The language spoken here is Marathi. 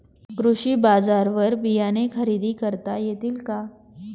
कृषी बाजारवर बियाणे खरेदी करता येतील का?